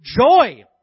joy